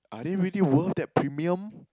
are they really worth their premium